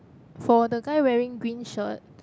for the guy wearing green shirt